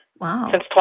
Wow